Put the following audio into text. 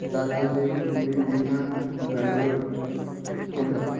Darjeeling Puri Digha Bangalore Kolkata